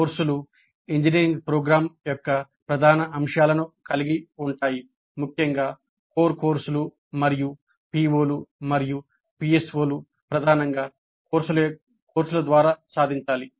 కోర్సులు engineering programme యొక్క ప్రధాన అంశాలను కలిగి ఉంటాయి ముఖ్యంగా కోర్ కోర్సులు మరియు పిఒలు మరియు పిఎస్ఓలు ప్రధానంగా కోర్సుల ద్వారా సాధించాలి